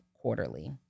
quarterly